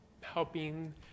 helping